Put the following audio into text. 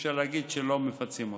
אי-אפשר להגיד שלא מפצים אותם.